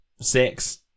six